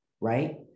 right